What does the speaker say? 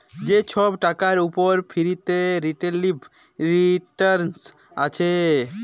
যে ছব টাকার উপর ফিরত রিলেটিভ রিটারল্স আসে